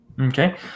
Okay